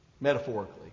Metaphorically